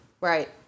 right